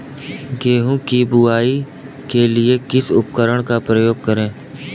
गेहूँ की बुवाई के लिए किस उपकरण का उपयोग करें?